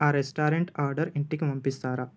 ఆ restaurant order ఇంటికి పంపిస్తారా